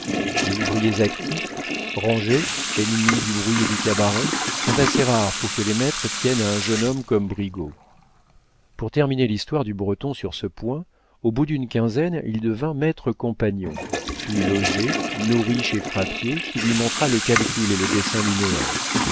les ouvriers actifs rangés ennemis du bruit et du cabaret sont assez rares pour que les maîtres tiennent à un jeune homme comme brigaut pour terminer l'histoire du breton sur ce point au bout d'une quinzaine il devint maître compagnon fut logé nourri chez frappier qui lui montra le calcul et le dessin linéaire